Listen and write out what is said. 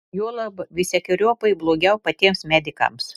juolab visokeriopai blogiau patiems medikams